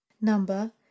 number